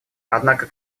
однако